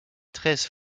treize